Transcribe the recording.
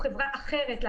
חברת הובלות אחרת,